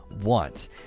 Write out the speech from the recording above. want